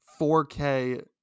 4K